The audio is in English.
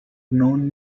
known